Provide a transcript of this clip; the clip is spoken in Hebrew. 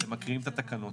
אתם מקריאים את התקנות.